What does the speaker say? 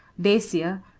dacia,